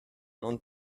non